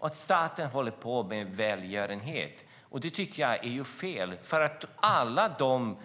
Jag tycker att det är fel att staten håller på med välgörenhet, för alla de